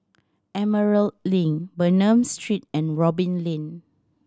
Emerald Link Bernam Street and Robin Lane